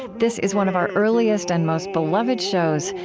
this is one of our earliest and most beloved shows,